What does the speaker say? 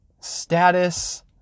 status